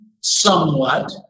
somewhat